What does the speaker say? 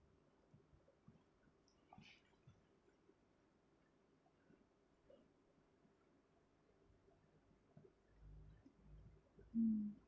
mm